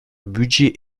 budget